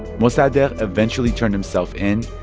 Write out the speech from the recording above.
mossadegh eventually turned himself in.